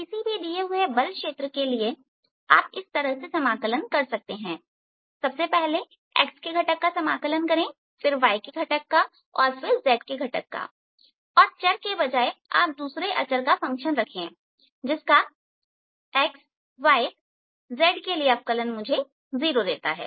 किसी भी दिए हुए बल क्षेत्र के लिए आप इस तरह समाकलन कर सकते हैं सबसे पहले x घटक का समाकलन करें फिर y घटक का और z घटक का और चर के बजाएं आप दूसरे अचर का फंक्शन रखें जिसका xyz के लिए अवकलन मुझे 0 देता है